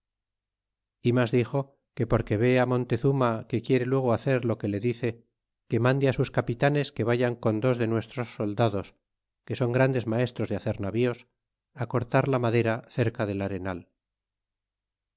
e mas dixo que porque vea montezuma que quiere luego hacer lo que le dice que mide á sus capitanes que vayan con dos de nuestros soldados que son grandes maestros de hacer navíos cortar la madera cerca del arenal